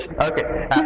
okay